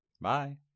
Bye